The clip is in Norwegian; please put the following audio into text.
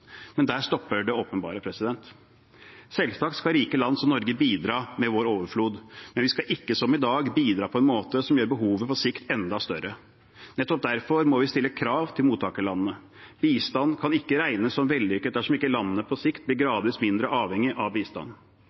Men der stopper det åpenbare. Selvsagt skal rike land som Norge bidra med vår overflod, men vi skal ikke som i dag bidra på en måte som gjør behovet på sikt enda større. Nettopp derfor må vi stille krav til mottakerlandene. Bistand kan ikke regnes som vellykket dersom ikke landene på sikt blir gradvis mindre avhengig av bistand.